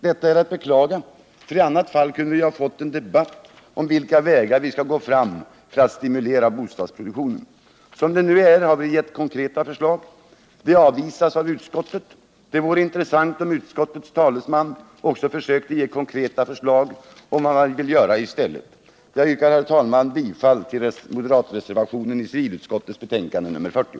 Detta är att beklaga, för i annat fall kunde vi ha fått en debatt om vilka vägar vi skall gå för att stimulera bostadsproduktionen. Som det nu är har vi ställt konkreta förslag som avvisats av utskottet. Det vore intressant om utskottets talesman försökte ge konkreta förslag på vad utskottet vill göra i stället. Jag yrkar, herr talman, bifall till moderatreservationen fogad till civilutskottets betänkande nr 40.